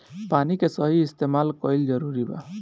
पानी के सही इस्तेमाल कइल जरूरी बा